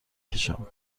کشم